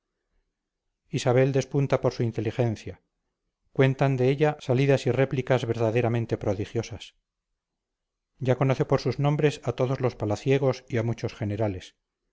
isabel despunta por su inteligencia cuentan de ella salidas y réplicas verdaderamente prodigiosas ya conoce por sus nombres a todos los palaciegos y a muchos generales